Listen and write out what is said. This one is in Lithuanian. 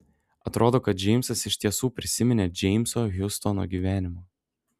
atrodo kad džeimsas iš tiesų prisiminė džeimso hiustono gyvenimą